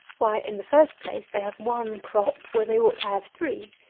why, in the first place, they have one crop where they ought to have three.